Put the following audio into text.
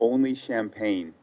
only champagne